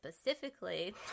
specifically